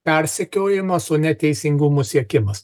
persekiojimas o ne teisingumo siekimas